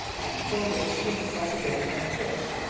and for which he was altogether unfit.